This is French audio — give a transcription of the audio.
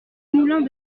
moulin